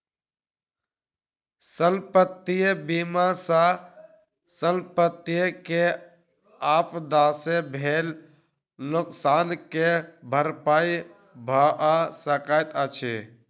संपत्ति बीमा सॅ संपत्ति के आपदा से भेल नोकसान के भरपाई भअ सकैत अछि